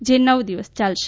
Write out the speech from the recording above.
જે નવ દિવસ યાલશે